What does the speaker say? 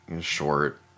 short